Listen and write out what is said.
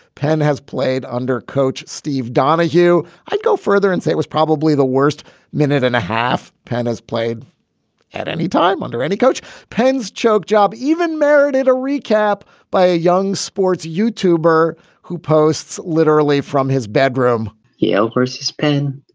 penn has played under coach steve donohue. i'd go further and say it was probably the worst minute and a half. penn has played at any time under any coach. penn's choke job even merited a recap by a young sports youtuber who posts literally from his bedroom he oversees penn.